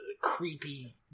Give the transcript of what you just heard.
creepy